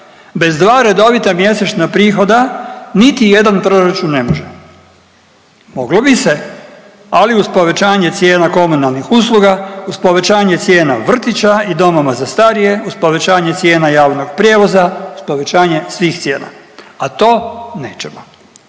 Bez dva redovita mjesečna prihoda niti jedan proračun ne može. Moglo bi se ali uz povećanje cijena komunalnih usluga, uz povećanje cijena vrtića i domova za starije, uz povećanje cijena javnog prijevoza, uz povećanje svih cijena a to nećemo,